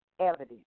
evidence